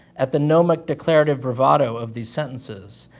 at the gnomic declarative bravado of these sentences.